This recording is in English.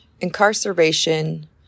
incarceration